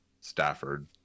Stafford